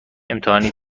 امتحانی